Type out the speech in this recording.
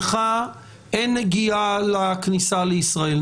לך אין נגיעה לכניסה לישראל,